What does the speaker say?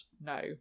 No